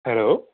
hello